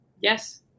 Yes